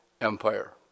empire